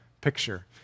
picture